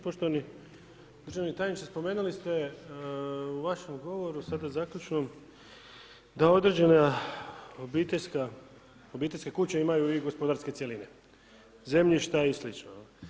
Poštovani državni tajniče, spomenuli ste u vašem govoru, sada zaključnom, da određene obiteljske kuće imaju i gospodarske cjeline, zemljišta i slično.